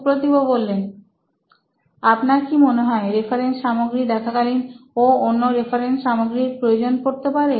সুপ্রতিভ আপনার কি মনে হয় রেফারেন্স সামগ্রী দেখাকালীন ওর অন্য রেফারেন্স সামগ্রীর প্রয়োজন পড়তে পারে